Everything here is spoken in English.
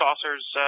saucers